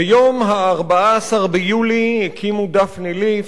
ביום 14 ביולי הקימו דפני ליף,